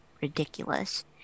ridiculous